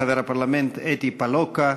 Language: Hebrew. חבר הפרלמנט אדי פלוקה,